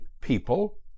People